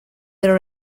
their